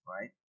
right